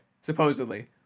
supposedly